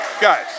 guys